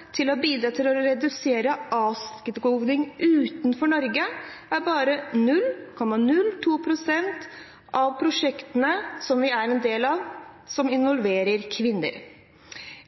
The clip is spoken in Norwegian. til Norges forpliktelse til å bidra til å redusere avskoging utenfor Norge er bare 0,02 pst. av de involverte kvinner.